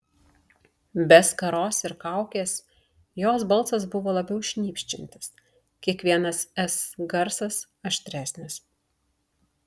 be skaros ir kaukės jos balsas buvo labiau šnypščiantis kiekvienas s garsas aštresnis